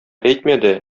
әйтмәде